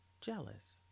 jealous